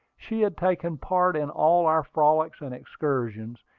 she had taken part in all our frolics and excursions,